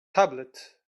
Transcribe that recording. tablet